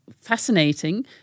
fascinating